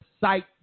sight